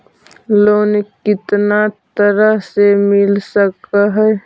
Loan कितना तरह से मिल सक है?